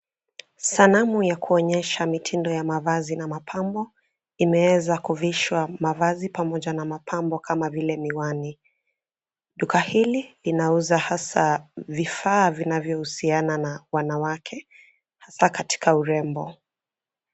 Sanamu ya kuonyesha mitindo ya mavazi na mapambo. Imeweza kuvishwa mavazi pamoja na mapambo kama vile miwani. Duka hili linauza hasa vifaa vinavyohusiana na wanawake. Hasa katika urembo.